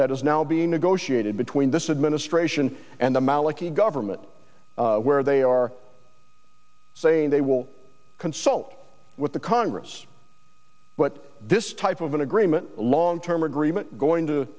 that is now being negotiated between this administration and the maliki government where they are saying they will consult with the congress but this type of an agreement long term agreement going to